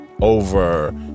over